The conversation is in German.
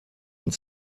und